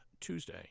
Tuesday